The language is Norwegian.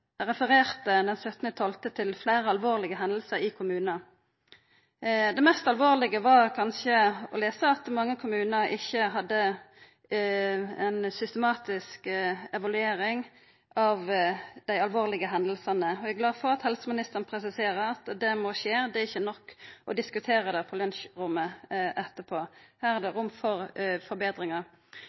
refererte den 17. desember til fleire alvorlege hendingar i kommunar. Det mest alvorlege var kanskje å lesa at mange kommunar ikkje hadde ei systematisk evaluering av dei alvorlege hendingane. Eg er glad for at helseministeren presiserer at det må skje – det er ikkje nok å diskutera det på lunsjrommet etterpå. Her er det rom for forbetringar.